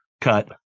cut